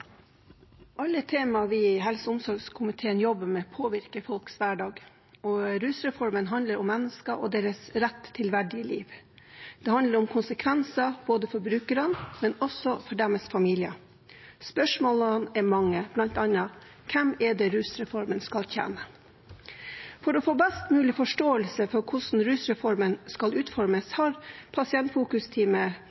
Alle tema vi i helse- og omsorgskomiteen jobber med, påvirker folks hverdag. Rusreformen handler om mennesker og deres rett til et verdig liv. Det handler om konsekvenser både for brukerne og for deres familier. Spørsmålene er mange, bl.a.: Hvem er det rusreformen skal tjene? For å få best mulig forståelse for hvordan rusreformen skal utformes,